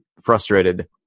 frustrated